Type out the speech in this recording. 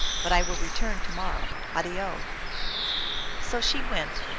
but i will return to-morrow. addio so she went,